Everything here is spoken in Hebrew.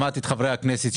שמעתי את חברי הכנסת,